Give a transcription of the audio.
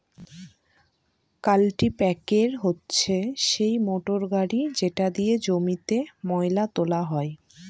কাল্টিপ্যাকের হচ্ছে সেই মোটর গাড়ি যেটা দিয়ে জমিতে ময়লা তোলা হয়